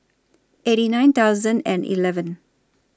eighty nine thousand and eleven